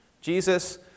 Jesus